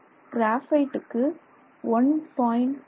கிராபைட்டுக்கு 1